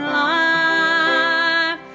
life